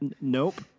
Nope